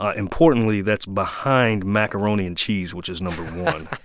ah importantly, that's behind macaroni and cheese, which is no. one